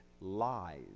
lies